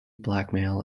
blackmail